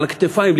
על הכתפיים,